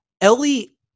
ellie